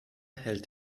hält